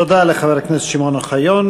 תודה לחבר הכנסת שמעון אוחיון.